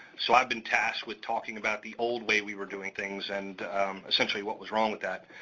so i've been tasked with talking about the old way we were doing things, and essentially what was wrong with that.